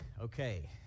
Okay